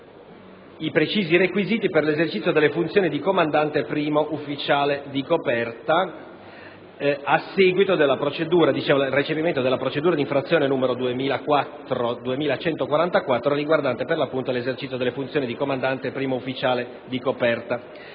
i precisi requisiti per l'esercizio delle funzioni di comandante e di primo ufficiale di coperta, a seguito del recepimento della procedura di infrazione n. 2004/2144 riguardante, per l'appunto, l'esercizio delle funzioni di comandante e di primo ufficiale di coperta.